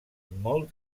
molt